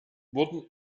wurden